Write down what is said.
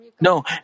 No